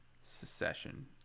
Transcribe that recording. *Secession*